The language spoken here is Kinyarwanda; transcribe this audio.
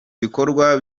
bikorwa